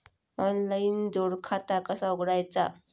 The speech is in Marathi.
ऑनलाइन जोड खाता कसा उघडायचा?